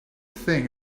thing